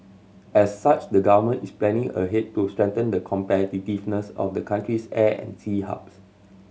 as such the Government is planning ahead to strengthen the competitiveness of the country's air and sea hubs